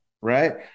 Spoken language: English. Right